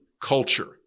culture